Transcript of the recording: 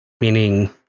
meaning